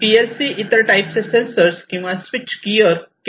PLC इतर टाईपचे sensors किंवा स्वीच गियर केटर करू शकते